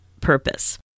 purpose